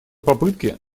попытки